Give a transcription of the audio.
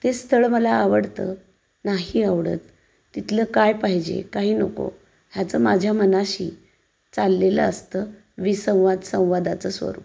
ते स्थळ मला आवडतं नाही आवडत तिथलं काय पाहिजे काही नको ह्याचं माझ्या मनाशी चाललेलं असतं विसंवाद संवादाचं स्वरूप